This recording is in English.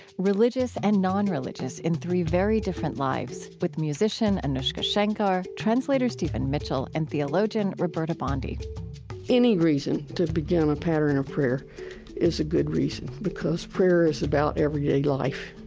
religious and nonreligious, in three very different lives with the musician anoushka shankar, translator stephen mitchell, and theologian roberta bondi any reason to begin a pattern of prayer is a good reason because prayer is about everyday life.